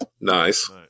nice